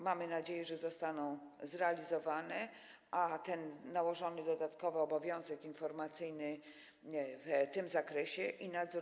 Mamy nadzieję, że one zostaną zrealizowane, a ten nałożony dodatkowy obowiązek informacyjny w tym zakresie i nadzór